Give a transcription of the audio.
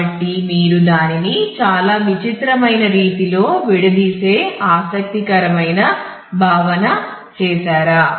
కాబట్టి మీరు దానిని చాలా విచిత్రమైన రీతిలో విడదీసే ఆసక్తికరమైన భావన చేసారా